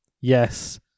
Yes